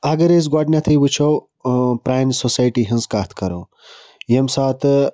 اَگَر أسۍ گۄڈٕنیٚتھٕے وُچھو ٲں پرٛانہِ سوسایٹی ہنٛز کتھ کَرو ییٚمہِ ساتہٕ